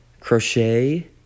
Crochet